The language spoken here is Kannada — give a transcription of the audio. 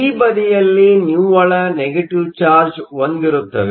ಪಿ ಬದಿಯಲ್ಲಿ ನಿವ್ವಳ ನೆಗೆಟಿವ್ ಚಾರ್ಜ್ ಹೊಂದಿರುತ್ತವೆ